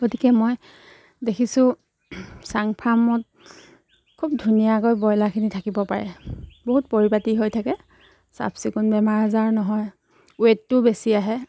গতিকে মই দেখিছোঁ চাং ফাৰ্মত খুব ধুনীয়াকৈ ব্ৰইলাৰখিনি থাকিব পাৰে বহুত পৰিপাটি হৈ থাকে চাফ চিকুণ বেমাৰ আজাৰ নহয় ৱেটটোও বেছি আহে